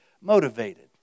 motivated